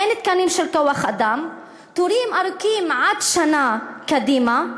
אין תקנים של כוח-אדם, תורים ארוכים עד שנה קדימה.